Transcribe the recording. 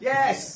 Yes